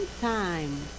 time